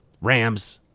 Rams